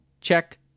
check